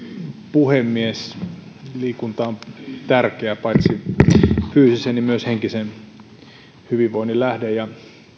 puhemies liikunta on tärkeä paitsi fyysisen myös henkisen hyvinvoinnin lähde ja